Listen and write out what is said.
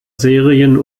serien